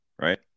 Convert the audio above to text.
right